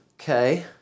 Okay